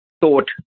thought